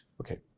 Okay